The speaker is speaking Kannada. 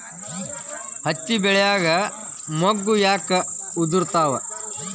ಹತ್ತಿ ಬೆಳಿಯಾಗ ಮೊಗ್ಗು ಯಾಕ್ ಉದುರುತಾವ್?